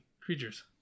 creatures